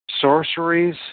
sorceries